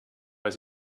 weil